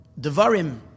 Devarim